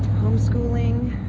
homeschooling?